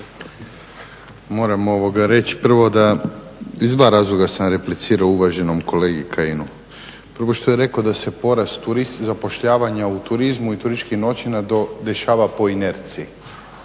Moram reći prvo da iz dva razloga sam replicirao uvaženom kolegi Kajinu. Prvo što je rekao da se porast, zapošljavanja u turizmu i turističkih noćenja dešava po inerciji